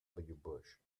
bush